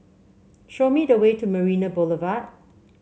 show me the way to Marina Boulevard